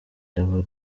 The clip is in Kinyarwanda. cyabo